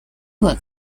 work